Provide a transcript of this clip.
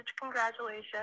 congratulations